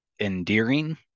endearing